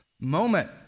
moment